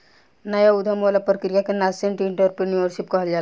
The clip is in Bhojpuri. नाया उधम वाला प्रक्रिया के नासेंट एंटरप्रेन्योरशिप कहल जाला